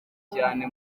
cyane